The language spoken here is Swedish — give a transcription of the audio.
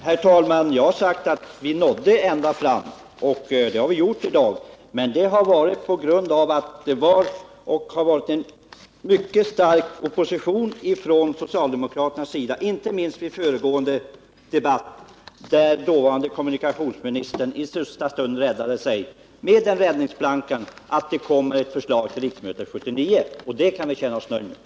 Herr talman! Jag har sagt att vi i dag har nått ända fram. Det beror emellertid på att socialdemokraterna bedrivit en mycket stark opposition, inte minst i den föregående debatten, där dåvarande kommunikationsministern i sista stund lade ut en räddningsplanka genom att säga, att ett förslag skulle läggas fram för riksdagen 1979. Det beskedet kan vi känna oss nöjda med.